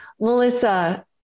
Melissa